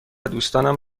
دوستانم